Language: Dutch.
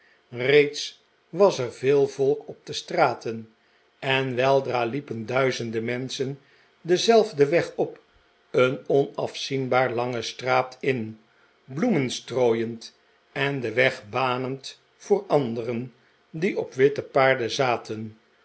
reeds was er veel volk op de straten en weldra liepen duizenden menschen denzelfden weg op een onafzienbaar lange straat in bloemen atrooiend en den weg banend voor anderen die op witte paarden zaten